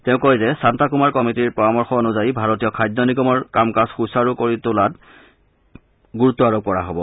তেওঁ কয় যে শান্তা কুমাৰ কমিটীৰ পৰামৰ্শ অনুযায়ী ভাৰতীয় খাদ্য নিগমৰ কামকাজ সুচাৰু কৰি তোলাৰ ওপৰত গুৰুত্ব আৰোপ কৰা হব